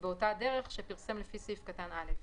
באותה הדרך שפרסם לפי סעיף קטן (א).